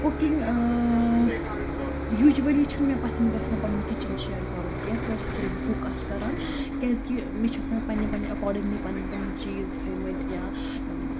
cooking usually چھُنہٕ مےٚ پَسنٛد گژھان پَنُن کِچَن شِیَر کَرُن کینٛہہ کٲنٛسہِ سۭتۍ ییٚلہِ بہٕ کُک آسہٕ کَران کیٛازِکہِ مےٚ چھُ آسان پنٛنہِ پنٛنہِ ایٚکاڈِنٛگلی پَنٕنۍ پَنٕنۍ چیٖز تھٲیمٕتۍ یا